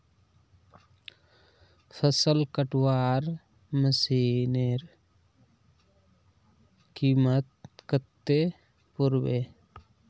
फसल कटवार मशीनेर कीमत कत्ते पोर बे